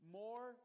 more